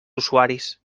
usuaris